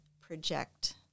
project